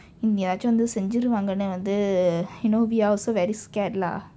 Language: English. எதையாவது செய்திருவாங்கனு:ethaiyaavathu seythiruvaangkannu you know we are also very scared lah